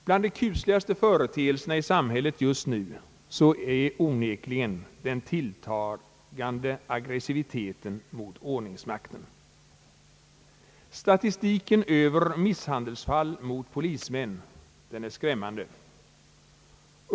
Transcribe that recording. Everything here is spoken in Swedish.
Bland de kusligaste företeelserna i samhället just nu är onekligen den tilltagande aggressiviteten mot ordningsmakten. Statistiken över misshandelsfall mot polismän är skrämmande.